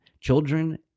Children